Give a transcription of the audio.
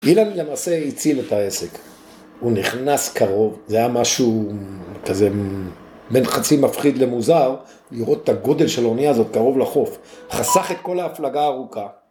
אילן למעשה הציל את העסק, הוא נכנס קרוב, זה היה משהו כזה בין חצי מפחיד למוזר, לראות את הגודל של האונייה הזאת קרוב לחוף, חסך את כל ההפלגה הארוכה